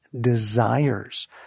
desires